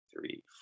three